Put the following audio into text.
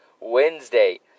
Wednesday